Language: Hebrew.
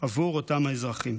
עבור אותם האזרחים,